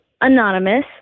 anonymous